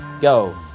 Go